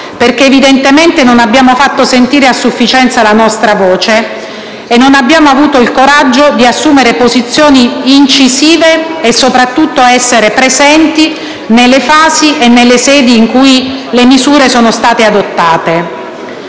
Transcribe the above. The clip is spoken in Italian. nostra; evidentemente non abbiamo fatto sentire a sufficienza la nostra voce e non abbiamo avuto il coraggio di assumere posizioni incisive e, soprattutto, non siano stati presenti nelle fasi e nelle sedi in cui le misure sono state adottate.